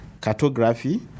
cartography